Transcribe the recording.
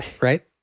right